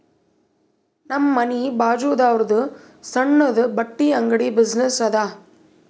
ನಮ್ ಮನಿ ಬಾಜುದಾವ್ರುದ್ ಸಣ್ಣುದ ಬಟ್ಟಿ ಅಂಗಡಿ ಬಿಸಿನ್ನೆಸ್ ಅದಾ